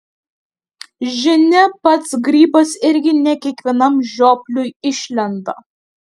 žinia pats grybas irgi ne kiekvienam žiopliui išlenda